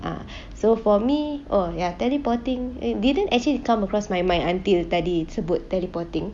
ah so for me oh ya teleporting eh didn't actually come across my mind until tadi sebut teleporting